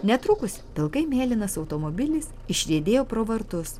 netrukus pilkai mėlynas automobilis išriedėjo pro vartus